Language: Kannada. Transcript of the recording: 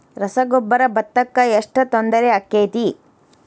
ರಸಗೊಬ್ಬರ, ಭತ್ತಕ್ಕ ಎಷ್ಟ ತೊಂದರೆ ಆಕ್ಕೆತಿ?